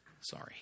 Sorry